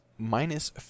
minus